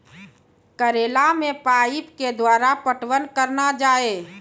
करेला मे पाइप के द्वारा पटवन करना जाए?